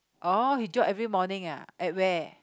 oh he jog every morning ah at where